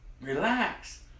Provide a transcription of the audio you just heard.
Relax